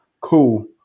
Cool